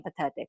empathetic